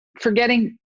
forgetting